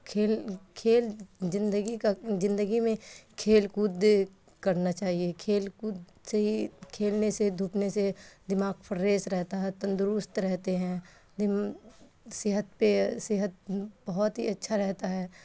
کھیل کھیل زندگی کا زندگی میں کھیل کود کرنا چاہیے کھیل کود سے ہی کھیلنے سے دھوپنے سے دماغ فریش رہتا ہے تندرست رہتے ہیں صحت پہ صحت بہت ہی اچھا رہتا ہے